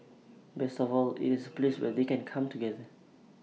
best of all IT is A place where they can come together